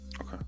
Okay